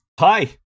hi